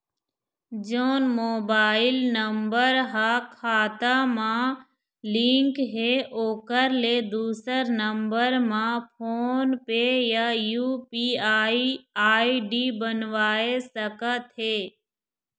जोन mobile number हा खाता मा लिन्क हे ओकर ले दुसर नंबर मा फोन पे या यू.पी.आई आई.डी बनवाए सका थे?